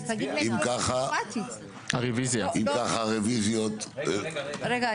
1 אם כך הרוויזיות הוסרו.